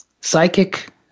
psychic